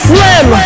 Slim